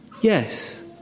Yes